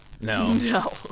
No